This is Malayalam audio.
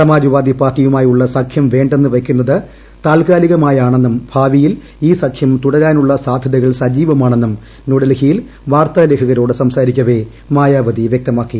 സമാജ് വാദി പാർട്ടിയുമായുളള സഖ്യം വേ ന്ന് വയ്ക്കുന്നത് താൽക്കാലികമായാണെന്നുംഭാവിയിൽ ഈ സഖ്യം തുടരാനുളള സാധ്യതകൾ സജീവമാണെന്നും ന്യൂഡൽഹിയിൽ വാർത്താ ലേഖകരോട് സംസാരിക്കവേ മായാവതി വൃക്തമാക്കി